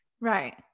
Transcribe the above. Right